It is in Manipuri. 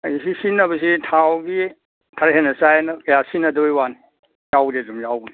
ꯑꯦ ꯁꯤ ꯁꯤꯖꯤꯟꯅꯕꯁꯦ ꯊꯥꯎꯗꯤ ꯈꯔ ꯍꯦꯟꯅ ꯆꯥꯏꯌꯦꯅ ꯀꯌꯥ ꯁꯤꯖꯤꯟꯅꯗꯕꯒꯤ ꯋꯥꯅꯤ ꯌꯥꯎꯕꯨꯗꯤ ꯑꯗꯨꯝ ꯌꯥꯎꯏ